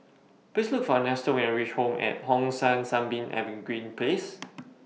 Please Look For Ernesto when YOU REACH Home At Hong San Sunbeam Evergreen Place